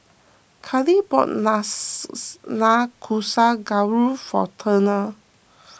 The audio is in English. Cali bought Nanakusa Gayu for Turner